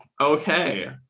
Okay